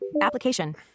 application